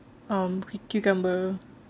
um cucumber